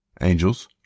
Angels